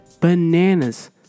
bananas